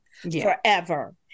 forever